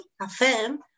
affirm